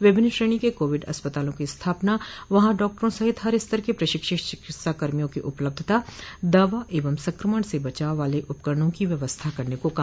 विभिन्न श्रेणी के कोविड अस्पतालों की स्थापना वहां डॉक्टरों सहित हर स्तर के प्रशिक्षित चिकित्सा कर्मियों की उपलब्धता दवा एवं संक्रमण से बचाव वाले उपकरणों की व्यवस्था करने को कहा